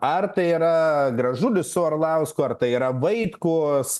ar tai yra gražulis su orlausku ar tai yra vaitkus